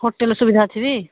hotel ସୁବିଧା ଅଛି ଟି